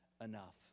enough